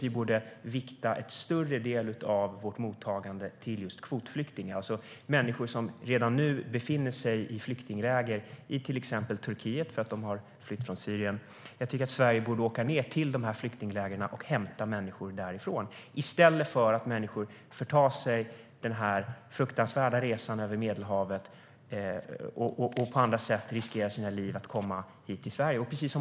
Vi borde vikta en större del av vårt mottagande till just kvotflyktingar, alltså människor som redan nu befinner sig i flyktingläger i till exempel Turkiet för att de har flytt från Syrien. Vi borde åka från Sverige till de här flyktinglägren och hämta människor därifrån, i stället för att de ska göra den fruktansvärda resan över Medelhavet och på andra sätt riskera sina liv för att komma hit till Sverige.